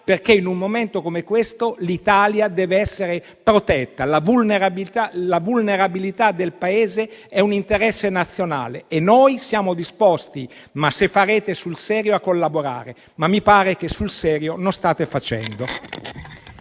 perché in un momento come questo l'Italia dev'essere protetta. La vulnerabilità del Paese è un interesse nazionale e noi siamo disposti - ma se farete sul serio - a collaborare. Mi pare però che sul serio non stiate facendo.